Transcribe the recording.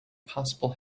possible